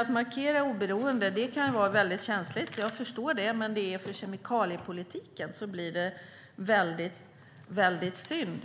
Att markera oberoende kan vara väldigt känsligt - jag förstår det. Men det är synd när det ska drabba kemikaliepolitiken.